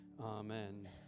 Amen